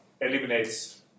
eliminates